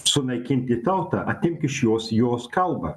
sunaikinti tautą atimk iš jos jos kalbą